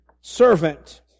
servant